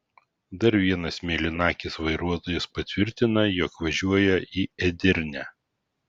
dar vienas mėlynakis vairuotojas patvirtina jog važiuoja į edirnę